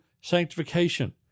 sanctification